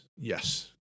Yes